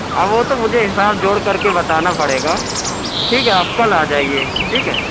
اب وہ تو مجھے حساب جوڑ کر کے بتانا پڑے گا ٹھیک ہے آپ کل آ جائیے ٹھیک ہے